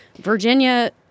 Virginia